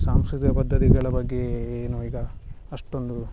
ಸಾಂಸ್ಕೃತಿಕ ಪದ್ಧತಿಗಳ ಬಗ್ಗೆ ಏನು ಈಗ ಅಷ್ಟೊಂದು